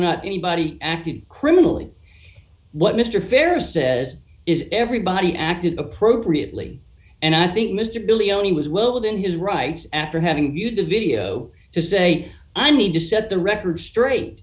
or not anybody acted criminally what mr farris says is everybody acted appropriately and i think mr billy only was well within his rights after having viewed the video to say i need to set the record straight